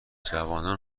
جوانان